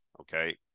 okay